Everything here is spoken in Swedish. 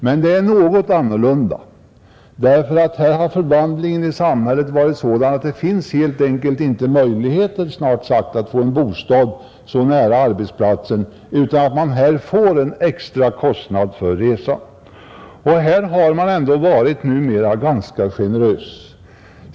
Men det är något annorlunda, därför att förvandlingen i samhället har varit sådan att det snart sagt inte finns möjligheter att få en bostad nära arbetsplatsen. Man får i stället en extra kostnad för resan. Härvidlag har man ändå varit ganska generös på senare tid.